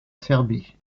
serbie